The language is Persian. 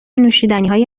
نوشیدنیهای